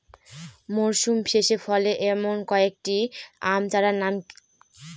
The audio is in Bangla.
মরশুম শেষে ফলে এমন কয়েক টি আম চারার নাম?